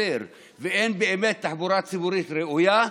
בהם לוקה בחסר, ואין באמת תחבורה ציבורית ראויה,